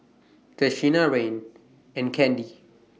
Tashina Rayne and Kandy